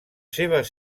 seves